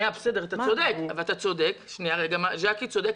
ג'קי צודק.